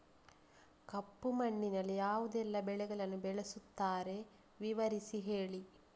ಕಪ್ಪು ಮಣ್ಣಿನಲ್ಲಿ ಯಾವುದೆಲ್ಲ ಬೆಳೆಗಳನ್ನು ಬೆಳೆಸುತ್ತಾರೆ ವಿವರಿಸಿ ಹೇಳಿ